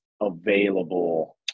available